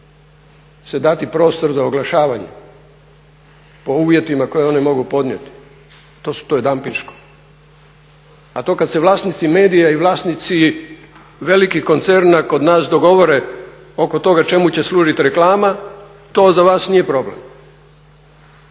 se dati prostor za oglašavanje po uvjetima koje one mogu podnijeti, to je dampinško. A to kad se vlasnici medija i vlasnici velikih koncerna kod nas dogovore oko toga čemu će služit reklama, to za vas nije problem.